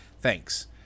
Thanks